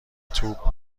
توپ